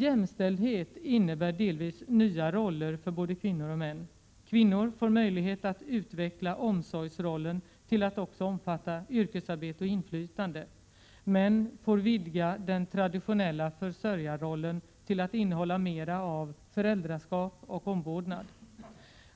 Jämställdhet innebär delvis nya roller för både kvinnor och män. Kvinnor får möjlighet att utveckla omsorgsrollen till att också omfatta yrkesarbete och inflytande. Män får vidga den traditionella försörjarrollen till att innehålla mera av föräldraskap och omvårdnad.